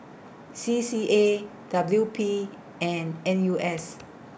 C C A W P and N U S